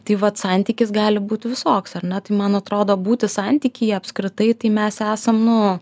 tai vat santykis gali būt visoks ar ne tai man atrodo būti santykyje apskritai tai mes esam nu